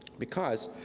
because,